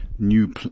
new